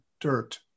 dirt